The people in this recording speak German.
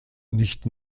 nicht